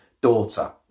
daughter